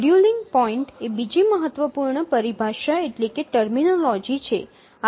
scheduling point એ બીજી મહત્વપૂર્ણ પરિભાષા છે